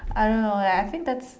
I don't know like I think that's